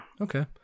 okay